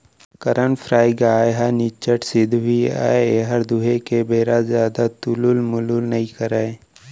करन फ्राइ गाय ह निच्चट सिधवी अय एहर दुहे के बेर जादा तुलुल मुलुल नइ करय